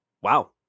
Wow